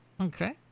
Okay